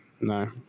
No